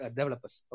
developers